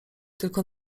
tylko